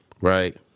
right